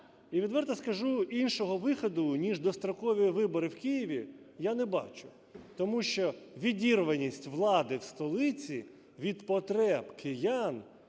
І відверто скажу, іншого виходу, ніж дострокові вибори в Києві, я не бачу. Тому що відірваність влади в столиці від потреб киян,